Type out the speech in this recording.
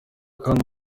kandi